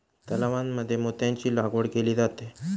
तलावांमध्ये मोत्यांची लागवड केली जाते